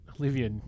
Olivia